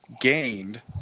gained